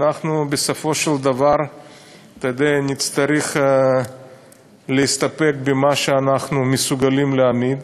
אנחנו בסופו של דבר נצטרך להסתפק במה שאנחנו מסוגלים להעמיד.